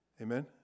Amen